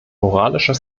moralischer